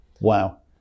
Wow